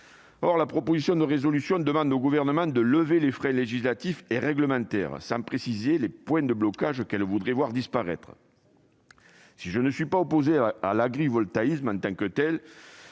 Or la proposition de résolution demande au Gouvernement de « lever les freins législatifs et réglementaires », sans préciser les points de blocage qu'elle voudrait voir disparaître. Si je ne suis pas opposé à l'agrivoltaïsme en soi, je ne